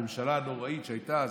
הממשלה הנוראית שהייתה אז,